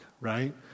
right